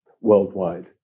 worldwide